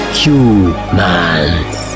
humans